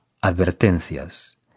Advertencias